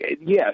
yes